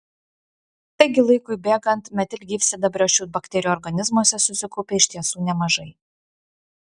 taigi laikui bėgant metilgyvsidabrio šių bakterijų organizmuose susikaupia iš tiesų nemažai